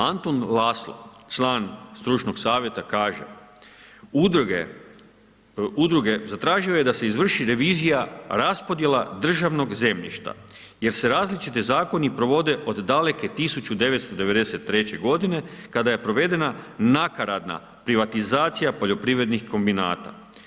Antun Laszlo, član stručnog savjeta kaže udruge, zatraži je da izvrši revizija raspodjela državnog zemljišta jer se različiti zakoni provode od daleke 1993. g. kada je provedena nakaradna privatizacija poljoprivrednih kombinata.